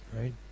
Right